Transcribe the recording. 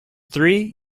three